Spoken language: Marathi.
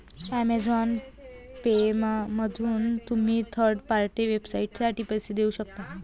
अमेझॉन पेमधून तुम्ही थर्ड पार्टी वेबसाइटसाठी पैसे देऊ शकता